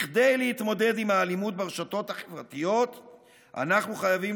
כדי להתמודד עם האלימות ברשתות החברתיות אנחנו חייבים